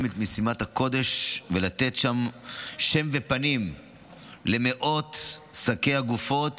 את משימת הקודש ולתת שֵׁם ופנים למאות שקי הגופות